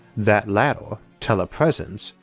that latter, telepresence,